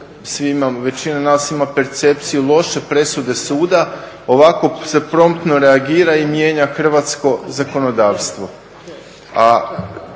većina nas ima percepciju, loše presude suda, ovako se promptno reagira i mijenja hrvatsko zakonodavstvo.